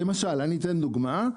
למשל, אני אתן דוגמה.